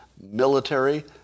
military